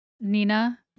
Nina